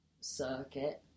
circuit